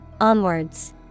onwards